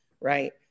right